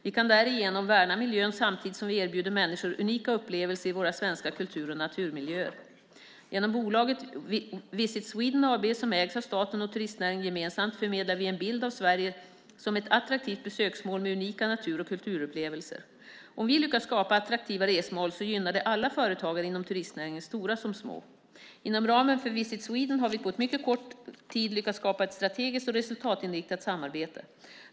Vi kan därigenom värna miljön samtidigt som vi erbjuder människor unika upplevelser i våra svenska kultur och naturmiljöer. Genom bolaget Visit Sweden AB, som ägs av staten och turistnäringen gemensamt, förmedlar vi en bild av Sverige som ett attraktivt besöksmål med unika natur och kulturupplevelser. Om vi lyckas skapa attraktiva resmål så gynnar det alla företagare inom turistnäringen, stora som små. Inom ramen för Visit Sweden har vi på mycket kort tid lyckats skapa ett strategiskt och resultatinriktat samarbete.